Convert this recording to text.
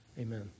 Amen